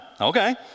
Okay